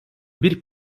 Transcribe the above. bir